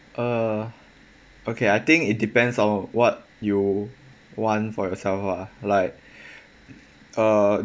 uh okay I think it depends on what you want for yourself ah like uh